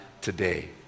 today